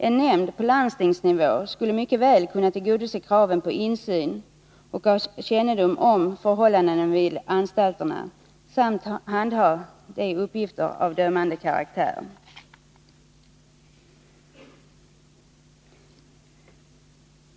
En nämnd på landstingsnivå skulle mycket väl kunna uppfylla kraven på insyn och ha kännedom om förhållandena vid anstalterna samt handha uppgifter av dömande karaktär.